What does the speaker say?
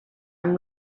amb